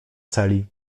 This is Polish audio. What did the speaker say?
celi